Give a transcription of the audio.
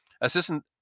Assistant